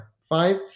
five